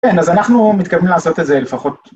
כן, אז אנחנו מתכוונים לעשות את זה לפחות.